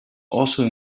also